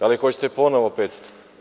Pa, hoćete ponovo 500?